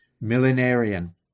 millenarian